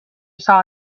saw